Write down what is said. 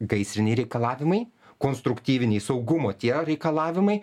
gaisriniai reikalavimai konstruktyviniai saugumo tie reikalavimai